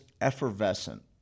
effervescent